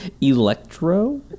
Electro